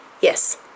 Yes